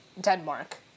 Denmark